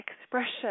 expression